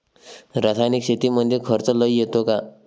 रासायनिक शेतीमंदी खर्च लई येतो का?